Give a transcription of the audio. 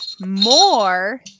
more